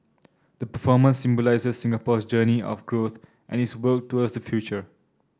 the performance symbolises Singapore's journey of growth and its work towards the future